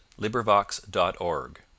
LibriVox.org